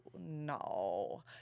No